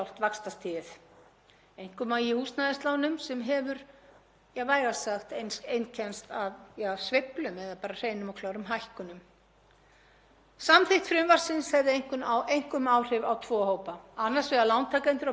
Samþykkt frumvarpsins hefði einkum áhrif á tvo hópa, annars vegar lánveitendur á borð við banka, sparisjóði og aðrar lánastofnanir og hins vegar neytendur, þ.e. almenning. Áhrifin á lánveitendur yrðu þau helst að þeir gætu ekki lengur veitt verðtryggð lán til neytenda.